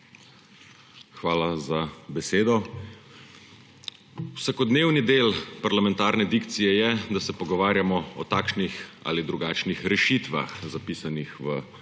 Hvala za besedo. Vsakodnevni del parlamentarne dikcije je, da se pogovarjamo o takšnih ali drugačnih rešitvah, zapisanih v zakonih,